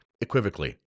Equivocally